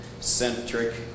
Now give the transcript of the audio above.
centric